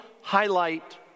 highlight